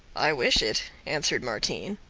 i wish it, answered martin.